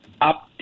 up